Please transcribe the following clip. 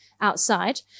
outside